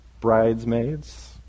bridesmaids